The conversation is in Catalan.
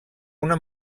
una